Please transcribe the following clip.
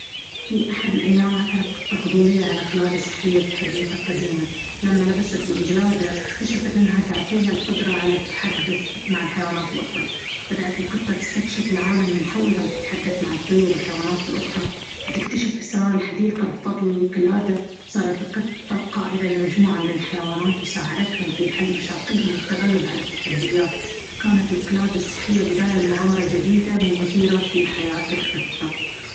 في أحد الأيام، عثرت قطة فضولية على قلادة سحرية في حديقة قديمة. لما لبست القلادة، اكتشفت إنها تعطيها القدرة على التحدث مع الحيوانات الأخرى. بدأت القطة تستكشف العالم من حولها، تتحدث مع الطيور والحيوانات الأخرى، وتكتشف أسرار الحديقة. بفضل القلادة، صارت القطة قائدة لمجموعة من الحيوانات، وساعدتهم في حل مشاكلهم والتغلب على التحديات. كانت القلادة السحرية بداية لمغامرات جديدة ومثيرة في حياة القطة.